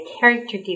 character